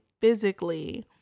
physically